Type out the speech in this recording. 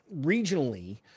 regionally